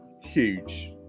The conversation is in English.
huge